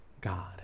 God